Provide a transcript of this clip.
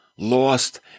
lost